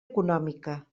econòmica